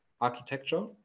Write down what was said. architecture